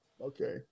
Okay